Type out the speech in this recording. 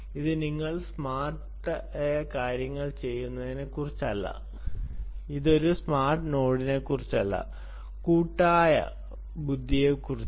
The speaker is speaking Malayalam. ഇത് നിങ്ങൾ സ്മാർട്ട് കാര്യങ്ങൾ ചെയ്യുന്നതിനെക്കുറിച്ചല്ല അത് ഒരു സ്മാർട്ട് നോഡിനെക്കുറിച്ചല്ല കൂട്ടായ ബുദ്ധിയെക്കുറിച്ചാണ്